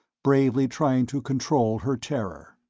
bravely trying to control her terror.